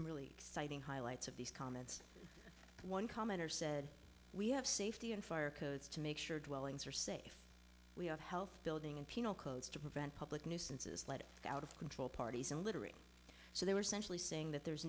really exciting highlights of these comments one commenter said we have safety and fire codes to make sure dwellings are safe we have health building and penal codes to prevent public nuisances let out of control parties and littering so they were centrally saying that there